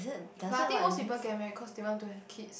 but I think most people get married cause they want to have kid